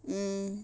mm